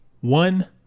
one